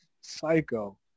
Psycho